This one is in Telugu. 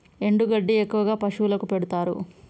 ఎండు గడ్డి ఎక్కువగా పశువులకు పెడుతారు